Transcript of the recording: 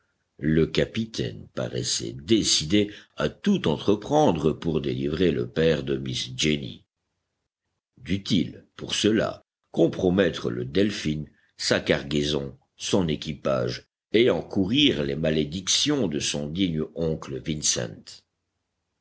le capitaine paraissait décidé à tout entreprendre pour délivrer le père de miss jenny dût-il pour cela compromettre le delphin sa cargaison son équipage et encourir les malédictions de son digne oncle vincent